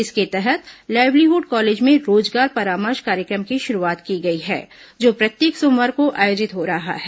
इसके तहत livelihood college में रोजगार परामर्श कार्यक्रम की शुरूआत की गई है जो प्रत्येक सोमवार को आयोजित हो रहा है